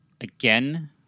again